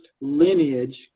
lineage